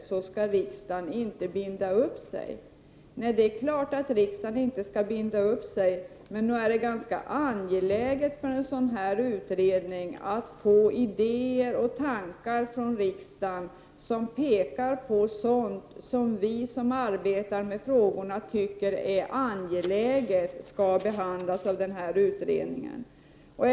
Självfallet skall riksdagen inte binda upp sig, men det är ganska viktigt att en utredning från riksdagen får idéer och tankar som pekar på sådant som vi som arbetar med frågorna anser vara angeläget att utredningen behandlar.